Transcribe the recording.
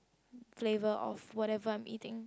flavour of whatever I'm eating